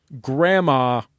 Grandma